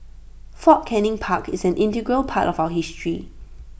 fort Canning park is an integral part of our history